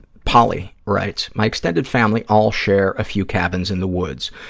polly writes, my extended family all share a few cabins in the woods.